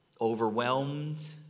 overwhelmed